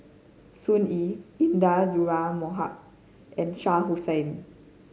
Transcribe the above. Sun Yee Intan Azura Mokhtar and Shah Hussain